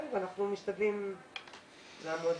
אנחנו משתדלים לעמוד